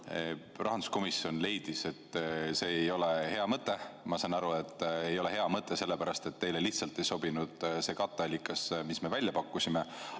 Rahanduskomisjon leidis, et see ei ole hea mõte. Ma saan aru, et ei ole hea mõte sellepärast, et teile lihtsalt ei sobinud see katteallikas, mida me pakkusime.